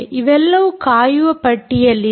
ಇವೆಲ್ಲವೂ ಕಾಯುವ ಪಟ್ಟಿಯಲ್ಲಿದೆ